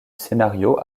scénario